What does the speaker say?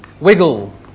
wiggle